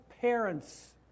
parents